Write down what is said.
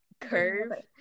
curve